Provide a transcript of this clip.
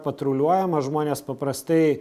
patruliuojama žmonės paprastai